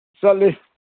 ꯆꯠꯂꯤ